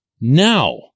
now